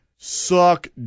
suck